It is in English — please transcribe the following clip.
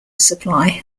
supply